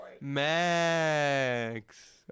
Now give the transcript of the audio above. Max